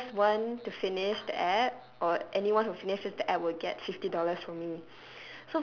the first one to finish the app or anyone who finishes the app will get fifty dollars from me